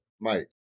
Mike